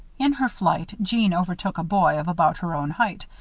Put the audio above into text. in her flight, jeanne overtook a boy of about her own height,